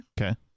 Okay